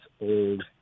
old